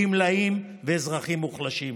גמלאים ואזרחים מוחלשים.